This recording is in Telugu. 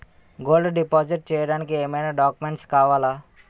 గోల్డ్ డిపాజిట్ చేయడానికి ఏమైనా డాక్యుమెంట్స్ కావాలా?